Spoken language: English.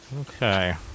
Okay